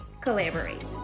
collaborate